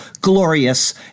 glorious